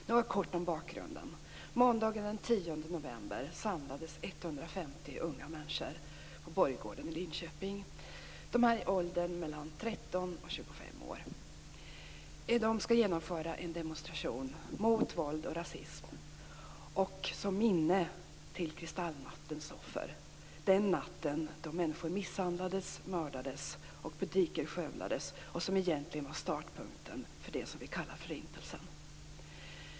Något kort om bakgrunden: Måndagen den 10 november samlas 150 unga människor på borggården i Linköping. De är i åldern 13-25 år. De skall genomföra en demonstration mot våld och rasism till minne av kristallnattens offer. Det var den natt då människor misshandlades och mördades och då butiker skövlades. Det var egentligen startpunkten för det vi kallar Förintelsen.